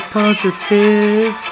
positive